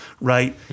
right